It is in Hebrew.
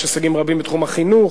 יש הישגים רבים בתחום החינוך,